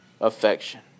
affection